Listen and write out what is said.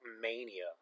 Mania